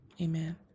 Amen